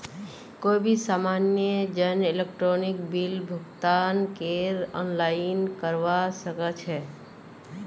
कोई भी सामान्य जन इलेक्ट्रॉनिक बिल भुगतानकेर आनलाइन करवा सके छै